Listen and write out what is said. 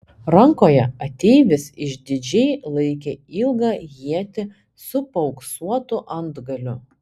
rankoje ateivis išdidžiai laikė ilgą ietį su paauksuotu antgaliu